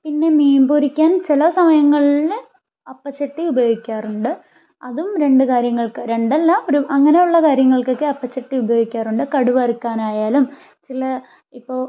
പിന്നെ മീൻ പൊരിക്കാൻ ചില സമയങ്ങളിൽ അപ്പച്ചട്ടി ഉപയോഗിക്കാറുണ്ട് അതും രണ്ടു കാര്യങ്ങൾക്ക് രണ്ടല്ല ഒരു അങ്ങനെയുള്ള കാര്യങ്ങൾക്കൊക്കെ അപ്പച്ചട്ടി ഉപയോഗിക്കാറുണ്ട് കടുക് വറുക്കാനായാലും ചില ഇപ്പോൾ